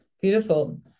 beautiful